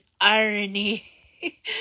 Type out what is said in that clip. irony